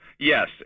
Yes